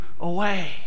away